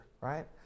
right